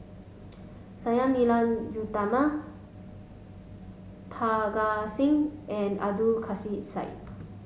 Sang Nila Utama Parga Singh and Abdul Kadir Syed